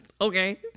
okay